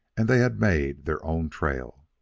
and they had made their own trail.